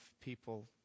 people